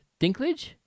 Dinklage